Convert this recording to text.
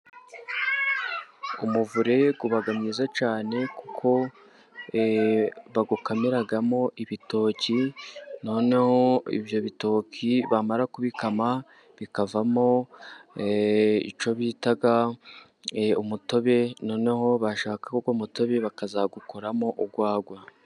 Umuvure uba mwiza cyane kuko bawukamiramo ibitoki, noneho ibyo bitoki bamara kubikama bikavamo icyo bita umutobe, noneho bashaka uwo mutobe bakazawukoramo urwagwa.